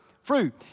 fruit